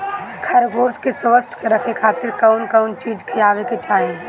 खरगोश के स्वस्थ रखे खातिर कउन कउन चिज खिआवे के चाही?